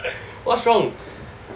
what's wrong